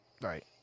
Right